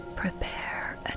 prepare